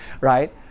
right